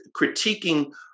critiquing